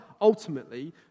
ultimately